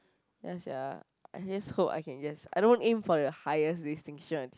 ya sia I just hope I can just I don't aim for the highest distinction